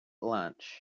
lunch